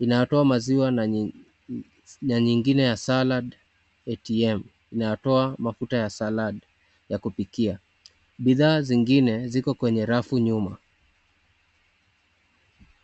Inayotoa maziwa na nyingine ya salad ATM , inayotoa mafuta ya saladi ya kupikia. Bidhaa zingine ziko kwenye rafu nyuma.